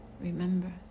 Remember